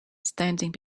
standing